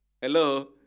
Hello